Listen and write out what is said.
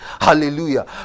Hallelujah